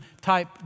type